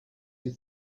you